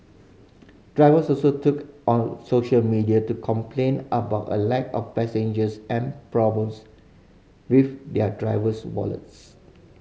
drivers also took on social media to complain about a lack of passengers and problems with their driver's wallets